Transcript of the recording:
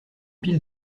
pile